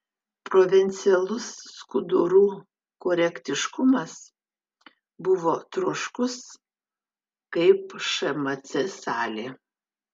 provincialus skudurų korektiškumas buvo troškus kaip šmc salė